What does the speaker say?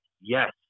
yes